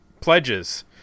pledges